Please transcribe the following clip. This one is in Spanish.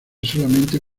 solamente